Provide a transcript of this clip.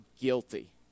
guilty